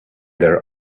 their